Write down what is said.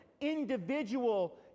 individual